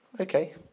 Okay